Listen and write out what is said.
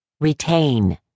Retain